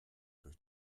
durch